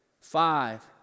five